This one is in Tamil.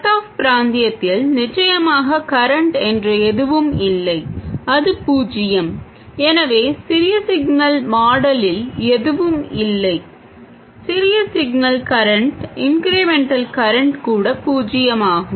கட் ஆஃப் பிராந்தியத்தில் நிச்சயமாக கரண்ட் என்று எதுவும் இல்லை அது பூஜ்யம் எனவே சிறிய சிக்னல் மாடல்யில் எதுவும் இல்லை சிறிய சிக்னலில் கரண்ட் இன்க்ரிமென்டல் கரண்ட் கூட பூஜ்ஜியமாகும்